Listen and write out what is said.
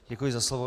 Děkuji za slovo.